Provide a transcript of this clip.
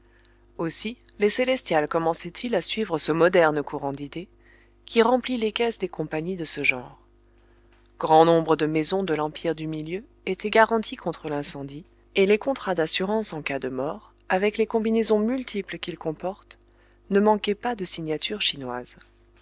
aussi les célestials commençaient ils à suivre ce moderne courant d'idées qui remplit les caisses des compagnies de ce genre grand nombre de maisons de l'empire du milieu étaient garanties contre l'incendie et les contrats d'assurances en cas de mort avec les combinaisons multiples qu'ils comportent ne manquaient pas de signatures chinoises